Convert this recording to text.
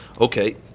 Okay